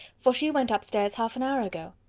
for she went up stairs half an hour ago.